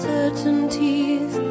Certainties